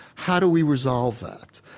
how do we resolve that?